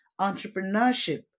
Entrepreneurship